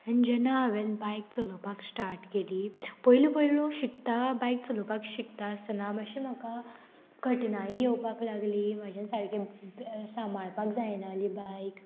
आनी जेन्ना हांवें बायक चलोवपाक स्टार्ट केली पयली पयली नू शिकता बायक चलोवपाक शिकता आसतना मातशें म्हाका कठिनाई येवपाक लागली म्हज्यान सारके सांबाळपाक जायनाली बायक